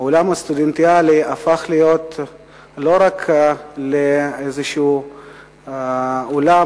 העולם הסטודנטיאלי הפך להיות לא רק איזשהו עולם